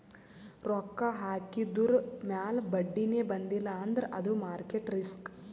ರೊಕ್ಕಾ ಹಾಕಿದುರ್ ಮ್ಯಾಲ ಬಡ್ಡಿನೇ ಬಂದಿಲ್ಲ ಅಂದ್ರ ಅದು ಮಾರ್ಕೆಟ್ ರಿಸ್ಕ್